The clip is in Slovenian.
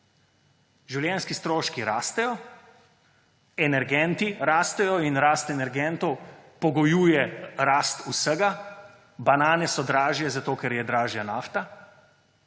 Življenjski stroški rastejo, energenti rastejo in rast energentov pogojuje rast vsega. Banane so dražje, zato ker je dražja nafta.